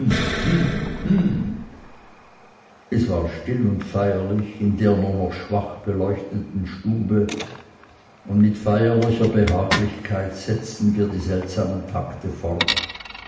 es war still und feierlich in der nur noch schwach erleuchteten stube und mit feierlicher behaglichkeit setzten wir die seltsamen takte fort